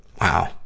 Wow